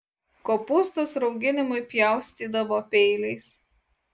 kopūstus rauginimui pjaustydavo peiliais